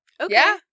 Okay